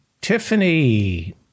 Tiffany